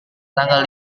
tanggal